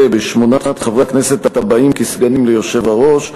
בשמונת חברי הכנסת הבאים כסגנים ליושב-ראש.